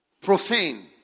profane